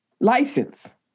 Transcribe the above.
license